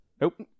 Nope